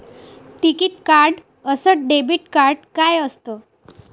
टिकीत कार्ड अस debit card काय असत?